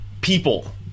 people